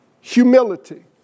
humility